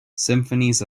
symphonies